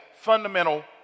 fundamental